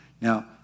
Now